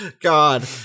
God